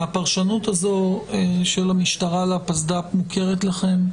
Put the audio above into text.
הפרשנות הזו של המשטרה לפסד"פ מוכרת לכם?